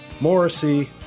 Morrissey